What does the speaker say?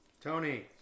Tony